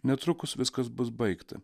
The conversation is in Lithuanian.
netrukus viskas bus baigta